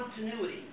continuity